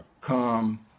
come